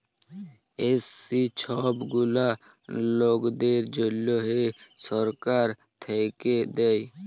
SC ছব গুলা লকদের জ্যনহে ছরকার থ্যাইকে দেয়